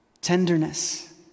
tenderness